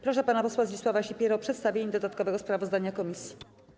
Proszę pana posła Zdzisława Sipierę o przedstawienie dodatkowego sprawozdania komisji.